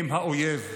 הם האויב.